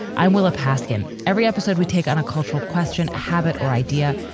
i, willa paskin, every episode we take on a cultural question, habit or idea.